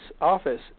office